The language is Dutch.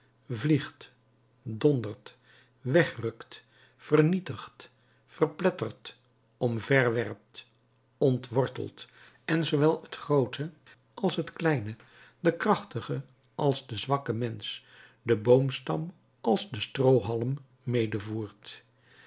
vliegt dondert wegrukt vernietigt verplettert omverwerpt ontwortelt en zoowel het groote als het kleine den krachtigen als den zwakken mensch den boomstam als de stroohalm medevoert